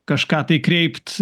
kažką tai kreipt